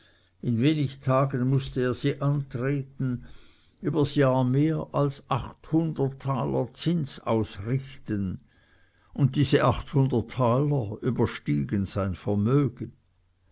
in wenig tagen mußte er sie antreten übers jahr mehr als achthundert taler zins ausrichten und diese achthundert taler überstiegen sein vermögen